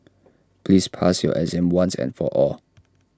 please pass your exam once and for all